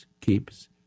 Keeps